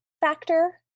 factor